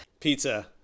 Pizza